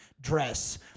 dress